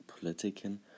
politician